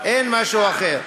אין משהו אחר.